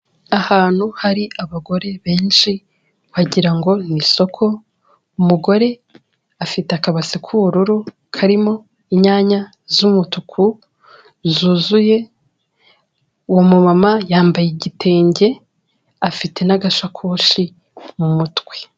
Ahantu hari abagore benshi wagira ngo ni isoko, umugore afite akabase k'ubururu karimo inyanya z'umutuku zuzuye, uwo mumama yambaye igitenge afite n'agasakoshi mu mutwe.